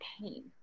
pain